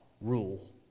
rule